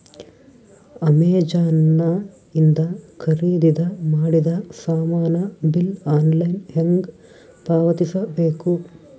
Amazon ಇಂದ ಖರೀದಿದ ಮಾಡಿದ ಸಾಮಾನ ಬಿಲ್ ಆನ್ಲೈನ್ ಹೆಂಗ್ ಪಾವತಿಸ ಬೇಕು?